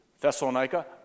Thessalonica